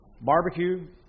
barbecue